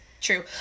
true